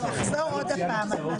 לחזור עוד פעם.